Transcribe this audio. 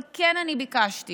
אבל כן אני ביקשתי